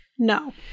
No